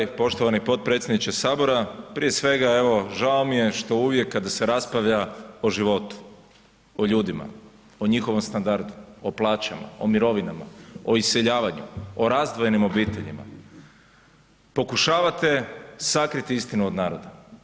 Kraj je poštovani potpredsjedniče sabora, prije svega evo žao mi je što uvijek kada se raspravlja o životu, o ljudima, o njihovom standardu, o plaćama, o mirovinama, o iseljavanju, o razdvojenim obiteljima, pokušavate sakriti istinu od naroda.